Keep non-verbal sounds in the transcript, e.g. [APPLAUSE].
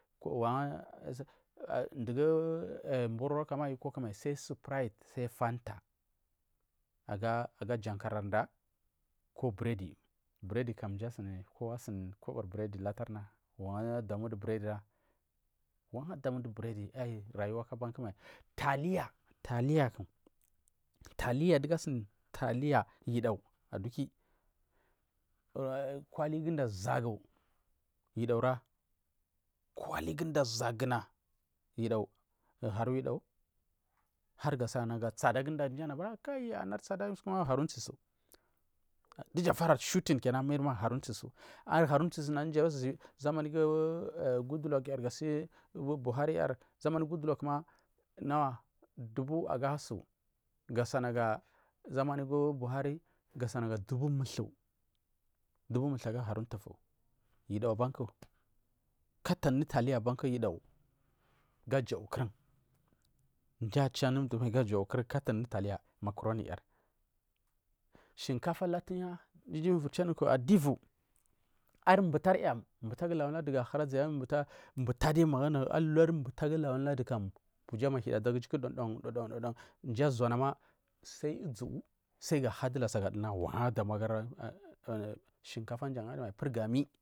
Wagu [HESITATION] mbororo ayu cooke mai sai suprite sai fanta aga jankari ko brede brede kan mji kam kowa asuni brede latarna wagu adamu du bred era wagu adamu du bred era aiyi rayuwa ku abanku taliya taliyaku du gu asun ku aduki kwali guda zagu yi dagura kwali guda zaguna yudogu haru yudagu hargana tsada guda karya tsadar haru tsisu dija fara shulting amai ma arharu tsisuna zamari goodluck yar buhari yar zamani gu goodluck nawa dubu agasu gasa naga zamani gu buhari gosanaga dubu muthu aga haru mtufu abomku caton unu taliya abanku gajau kuzin mdu achu anu mdu mai gojau kumin macroni yar shinkafa latuna gi wir chu anun ku ar butar yar butagu lawan ladu ga huri atzir anu buta dai magu alculari butazu lawan ladu kam luja mahide adu aga iju dudan dudan myi uzanama so uzuu hadu lassa na har kubargac shinkafa mai purgam.